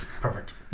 Perfect